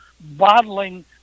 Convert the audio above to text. bottling